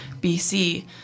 BC